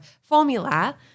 formula